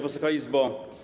Wysoka Izbo!